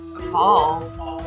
False